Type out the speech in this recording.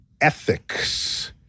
ethics